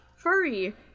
furry